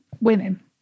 women